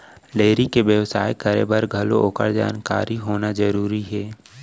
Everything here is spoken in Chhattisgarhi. डेयरी के बेवसाय करे बर घलौ ओकर जानकारी होना जरूरी हे